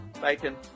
Bacon